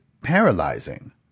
paralyzing